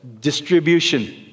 distribution